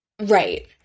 Right